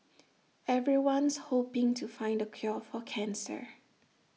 everyone's hoping to find the cure for cancer